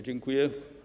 Dziękuję.